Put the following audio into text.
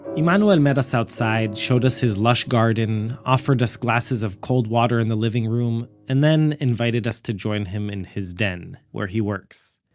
emanuel met us outside, showed us his lush garden, offered us glasses of cold water in the living room, and then invited us to join him in his den, where he works.